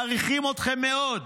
מעריכים אתכם מאוד.